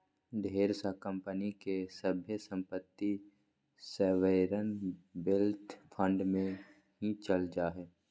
ढेर सा कम्पनी के सभे सम्पत्ति सॉवरेन वेल्थ फंड मे ही चल जा हय